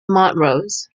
montrose